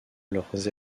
leurs